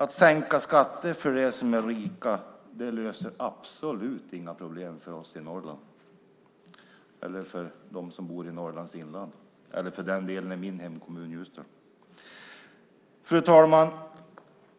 Att sänka skatter för dem som är rika löser absolut inga problem för dem som bor i Norrlands inland eller för den delen i min hemkommun Ljusdal. Fru talman!